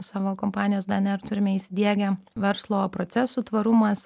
savo kompanijos dnr turime įsidiegę verslo procesų tvarumas